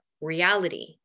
reality